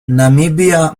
namibia